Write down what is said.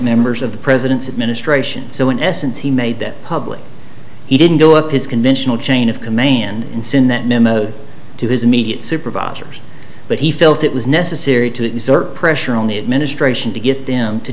members of the president's administration so in essence he made them public he didn't do it his conventional chain of command and soon that memo to his immediate supervisors but he felt it was necessary to exert pressure on the administration to get them to